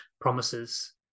promises